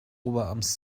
oberarms